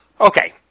Okay